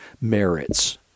merits